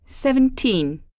Seventeen